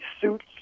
suits